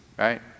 Right